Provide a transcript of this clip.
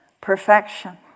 perfection